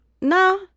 Nah